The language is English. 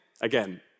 again